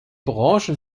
branchen